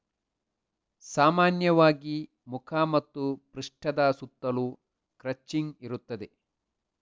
ಸಾಮಾನ್ಯವಾಗಿ ಮುಖ ಮತ್ತು ಪೃಷ್ಠದ ಸುತ್ತಲೂ ಕ್ರಚಿಂಗ್ ಇರುತ್ತದೆ